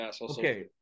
Okay